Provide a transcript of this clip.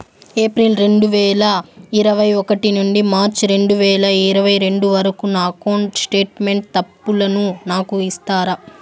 April రెండు వేల ఇరవై ఒకటి నుండి మార్చ్ రెండు వేల ఇరవై రెండు వరకు నా అకౌంట్ స్టేట్మెంట్ తప్పులను నాకు ఇస్తారా?